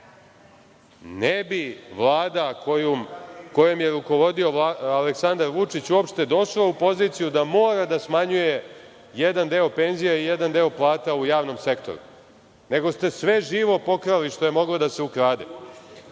ne bi Vlada kojom je rukovodio Aleksandar Vučić uopšte došla u poziciju da mora da smanjuje jedan deo penzija i jedan deo plata u javnom sektoru, nego ste sve živo pokrali što je moglo da se ukrade. Pričate